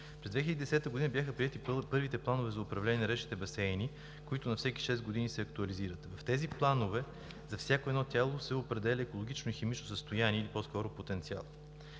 През 2010 г. бяха приети първите планове за управление на речните басейни, които на всеки шест години се актуализират. В тези планове за всяко едно тяло се определя екологичното и химическото състояние или по-скоро потенциалът.